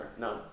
no